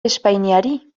espainiari